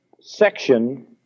section